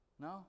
No